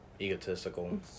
egotistical